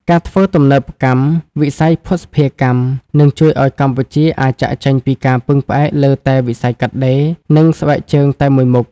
ការធ្វើទំនើបកម្មវិស័យភស្តុភារកម្ម នឹងជួយឱ្យកម្ពុជាអាចចាកចេញពីការពឹងផ្អែកលើតែវិស័យកាត់ដេរ និងស្បែកជើងតែមួយមុខ។